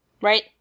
Right